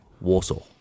warsaw